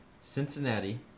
Cincinnati